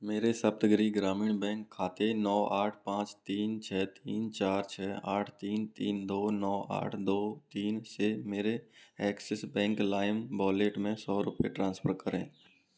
मेरे सप्तगिरि ग्रामीण बैंक खाते नौ आठ पाँच तीन छः तीन चार छः आठ तीन तीन दो नौ आठ दो तीन से मेरे एक्सिस बैंक लाइम वॉलेट में सौ रुपये ट्रांसफ़र करें